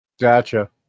Gotcha